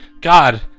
god